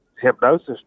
hypnosis